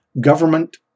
government